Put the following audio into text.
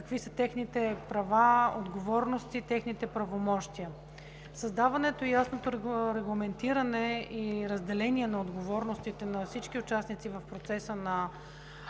какви са техните права, отговорности и правомощия. Създаването и ясното регламентиране и разделение на отговорностите на всички участници в процеса на